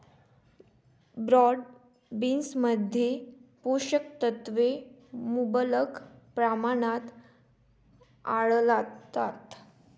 broad बीन्समध्ये पोषक तत्वे मुबलक प्रमाणात आढळतात